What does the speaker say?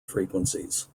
frequencies